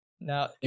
now